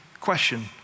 question